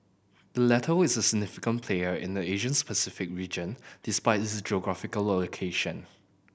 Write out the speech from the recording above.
the latter is a significant player in the Asia Pacific region despite its geographical location